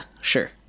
sure